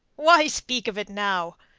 why speak of it now?